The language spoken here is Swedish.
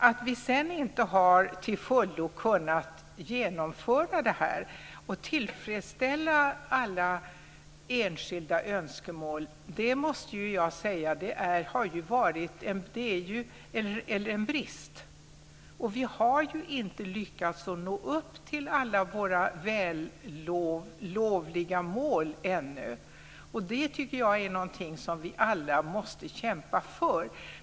Att vi sedan inte till fullo har kunnat genomföra det här och tillfredsställa alla enskilda önskemål är en brist; det måste jag säga. Vi har ännu inte lyckats nå upp till alla vällovliga mål men det tycker jag är något som vi alla måste kämpa för.